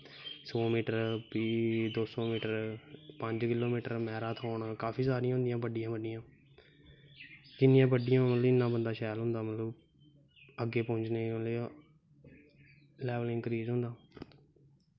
सौ मीटर दो सौ मीटर पंज किलो मीटर मैरॉथम काफी सारी होंदियां बड्डियां बड्डियां जिन्नियां बड्डियां होन उन्ना बंदा शैल होंदा मतलब अग्गें पुज्जने गी लैवल इंक्रीज़ होंदा